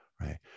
right